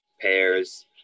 pears